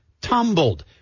tumbled